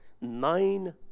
nine